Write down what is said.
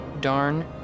darn